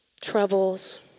troubles